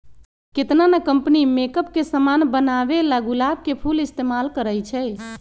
केतना न company makeup के समान बनावेला गुलाब के फूल इस्तेमाल करई छई